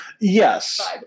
Yes